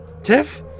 Tiff